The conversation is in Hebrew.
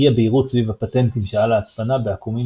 אי הבהירות סביב הפטנטים שעל ההצפנה בעקומים